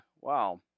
wow